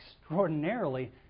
extraordinarily